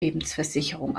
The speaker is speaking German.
lebensversicherung